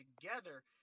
together